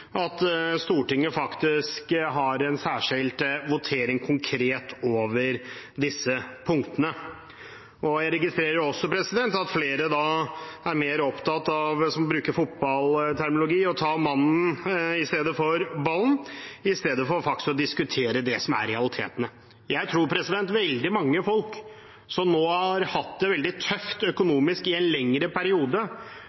at Stortinget faktisk har en særskilt votering konkret over disse punktene. Jeg registrerer også at flere er mer opptatt av å ta mannen i stedet for ballen, for å bruke fotballterminologi, i stedet for faktisk å diskutere det som er realitetene. Jeg tror veldig mange folk som nå har hatt det veldig tøft